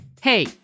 Hey